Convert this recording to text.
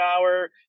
hour